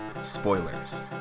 spoilers